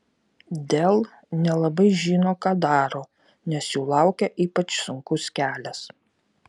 dell nelabai žino ką daro nes jų laukia ypač sunkus kelias